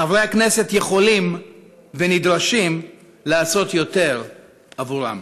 חברי הכנסת, יכולים ונדרשים לעשות יותר עבורם.